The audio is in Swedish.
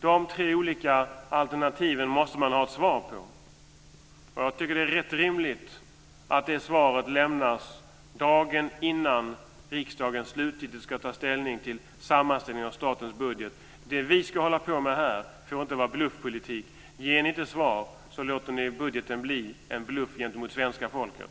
De tre olika alternativen måste man ha svar på. Jag tycker att det är rätt rimligt att det svaret lämnas dagen innan riksdagen slutgiltigt ska ta ställning till sammanställningen av statens budget. Det vi ska hålla på med här får inte vara bluffpolitik. Ger ni inte svar låter ni budgeten bli en bluff gentemot svenska folket.